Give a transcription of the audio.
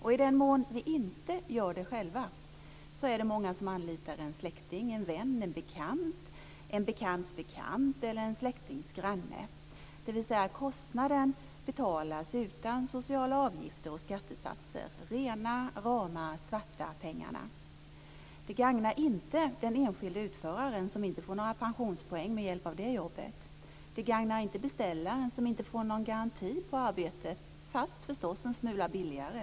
I den mån vi inte gör detta själva är det många som anlitar en släkting, en vän, en bekant, en bekants bekant eller en släktings granne. Kostnaden betalas utan sociala avgifter och skatteavdrag - alltså rena rama svarta pengar. Detta gagnar inte den enskilde utföraren som inte får några pensionspoäng. Det gagnar inte beställaren som inte får någon garanti för arbetet, fast han får det ju gjort en smula billigare.